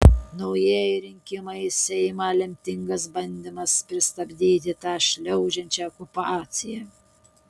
naujieji rinkimai į seimą lemtingas bandymas pristabdyti tą šliaužiančią okupaciją